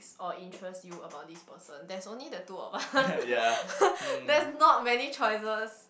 or interests you about this person there's only the two of us there's not many choices